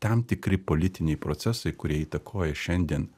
tam tikri politiniai procesai kurie įtakoja šiandien